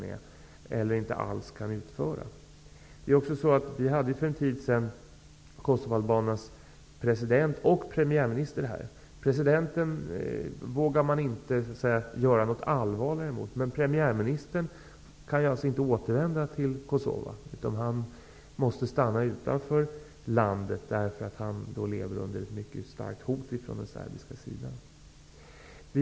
För en tid sedan hade vi kosovaalbanernas president och premiärminister här. Presidenten vågar man så att säga inte göra något allvarligare emot, men premiärministern kan alltså inte återvända till Kosova, utan han måste stanna utanför landet, därför att han lever under ett mycket starkt hot från den serbiska sidan.